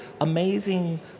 amazing